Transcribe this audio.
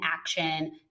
action